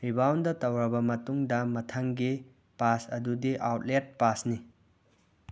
rebound ꯇꯧꯔꯕ ꯃꯇꯨꯡꯗ ꯃꯊꯪꯒꯤ ꯄꯥꯁ ꯑꯗꯨꯗꯤ ꯑꯥꯎꯠꯂꯦꯠ ꯄꯥꯁꯅꯤ